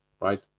right